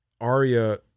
Arya